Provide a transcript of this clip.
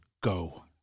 go